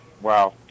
Wow